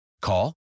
Call